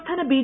സംസ്ഥാന ബി